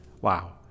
Wow